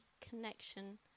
connection